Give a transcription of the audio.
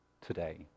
today